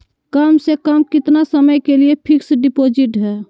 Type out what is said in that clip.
कम से कम कितना समय के लिए फिक्स डिपोजिट है?